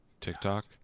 TikTok